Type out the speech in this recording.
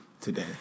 today